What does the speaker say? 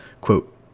Quote